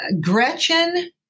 Gretchen